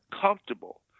comfortable